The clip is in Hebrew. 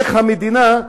איך המדינה,